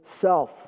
self